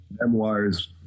memoirs